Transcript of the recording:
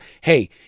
hey